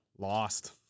Lost